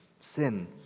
sin